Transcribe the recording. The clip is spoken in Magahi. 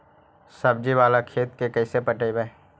सब्जी बाला खेत के कैसे पटइबै?